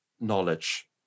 knowledge